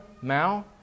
Mao